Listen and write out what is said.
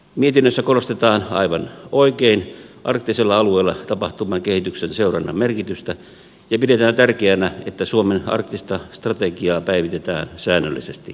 mietinnössä korostetaan aivan oikein arktisella alueella tapahtuvan kehityksen seurannan merkitystä ja pidetään tärkeänä että suomen arktista strategiaa päivitetään säännöllisesti